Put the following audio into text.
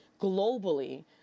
globally